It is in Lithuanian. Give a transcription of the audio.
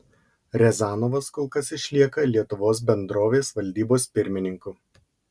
riazanovas kol kas išlieka lietuvos bendrovės valdybos pirmininku